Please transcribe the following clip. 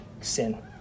sin